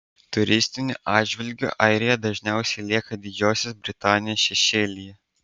turistiniu atžvilgiu airija dažniausiai lieka didžiosios britanijos šešėlyje